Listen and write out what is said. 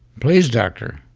please, doctor.